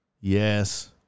Yes